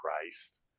Christ